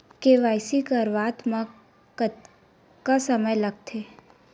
KYC करवात म कतका समय लगथे?